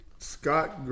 Scott